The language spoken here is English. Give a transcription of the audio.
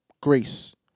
grace